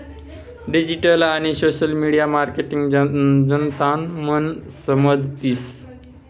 digital आणि social media marketing जनतानं मन समजतीस